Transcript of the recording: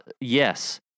Yes